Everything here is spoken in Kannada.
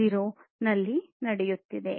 0 ನಲ್ಲಿ ನಡೆಯುತ್ತಿದೆ